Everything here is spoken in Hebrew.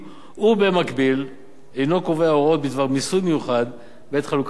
ובמקביל אינו קובע הוראות בדבר מיסוי מיוחד בעת חלוקת הדיבידנד.